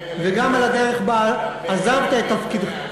וגם על הדרך שבה עזבת את תפקידך,